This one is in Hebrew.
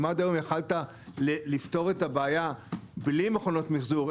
אם עד כה יכולת לפתור את הבעיה בלי מכונות מחזור,